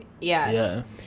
Yes